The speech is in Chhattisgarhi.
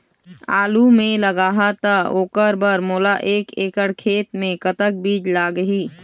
आलू मे लगाहा त ओकर बर मोला एक एकड़ खेत मे कतक बीज लाग ही?